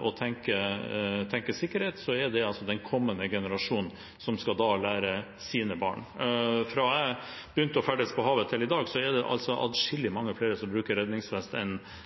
å tenke sikkerhet, er de den kommende generasjonen, som da skal lære sine barn det samme. Fra jeg begynte å ferdes på havet, til i dag, er det atskillig flere som bruker